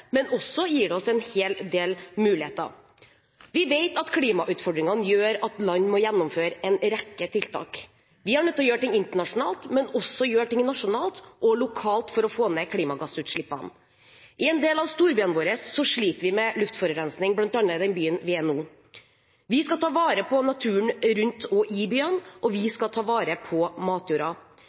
men det gir oss også en hel del muligheter. Vi vet at klimautfordringene gjør at land må gjennomføre en rekke tiltak. Vi er nødt til å gjøre ting internasjonalt – men også nasjonalt og lokalt – for å få ned klimagassutslippene. I en del av storbyene våre sliter vi med luftforurensing, bl.a. i den byen vi er i nå. Vi skal ta vare på naturen i og rundt byene, og vi skal ta vare på